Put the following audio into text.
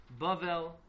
Bavel